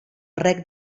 reg